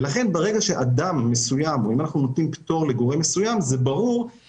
ברגע שאנחנו נותנים פטור לגורם מסוים עומס